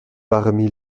parmi